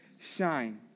shine